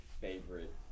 favorite